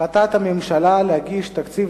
הודעה לסגן מזכיר הכנסת.